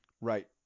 Right